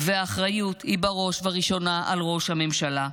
והאחריות היא בראש ובראשונה על ראש הממשלה,